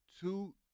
two